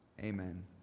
amen